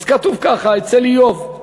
אז כתוב ככה אצל איוב: